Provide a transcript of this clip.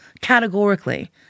categorically